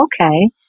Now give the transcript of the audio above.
okay